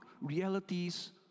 realities